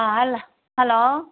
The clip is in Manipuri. ꯑꯥ ꯍꯜꯂꯣ